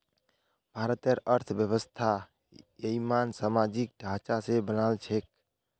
भारतेर अर्थव्यवस्था ययिंमन सामाजिक ढांचा स बनाल छेक